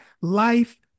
life